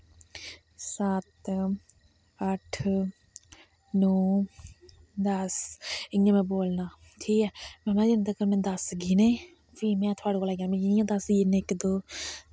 सत्त अट्ठ नौं दस्स इयां में बोलना ठीक ऐ मतलव में इंदै कन्नै दस गिने फ्ही मैं थोआढ़े कोला गै इयां दस गिनने इक दो